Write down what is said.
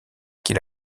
qu’il